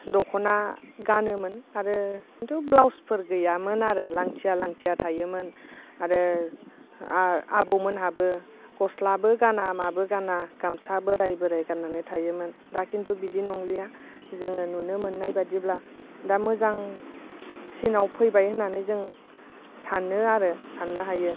दख'ना गानोमोन आरो खिन्थु ब्लावसफोर गैयामोन आरो लांथिया लांथिया थायोमोन आरो आ आबौ मोनहाबो गस्लाबो गाना माबो गाना गामसा बोराय बोराय गाननानै थायोमोन दा खिन्थु बिदि नंलिया जोङो नुनो मोननाय बादिब्ला दा मोजांसिनाव फैबाय होननानै जों सानो आरो साननो हायो